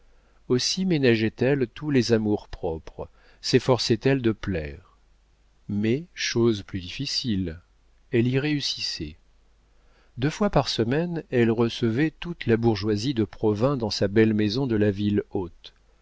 aussi ménageait elle tous les amours-propres sefforçait elle de plaire mais chose plus difficile elle y réussissait deux fois par semaine elle recevait toute la bourgeoisie de provins dans sa belle maison de la ville haute